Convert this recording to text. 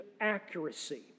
accuracy